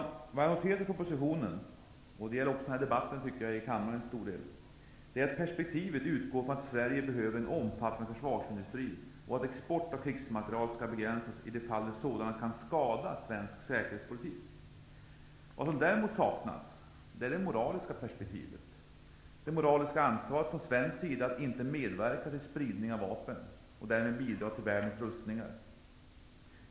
Jag har noterat i propositionen -- det gäller också till stor del debatten i kammaren -- att man utgår från att Sverige behöver en omfattande försvarsindustri och att export av krigsmateriel skall begränsas i de fall där den kan skada svensk säkerhetspolitik. Däremot saknas det moraliska perspektivet. Det gäller Sveriges moraliska ansvar att inte medverka till spridning av vapen och därmed inte heller bidra till världens rustningar.